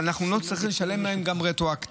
אנחנו לא נצטרך לשלם להם רטרואקטיבית,